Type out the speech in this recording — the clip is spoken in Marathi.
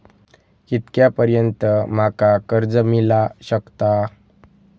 कितक्या पर्यंत माका कर्ज मिला शकता?